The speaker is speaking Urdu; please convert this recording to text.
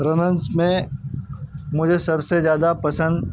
رننس میں مجھے سب سے زیادہ پسند